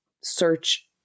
search